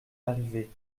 arrivait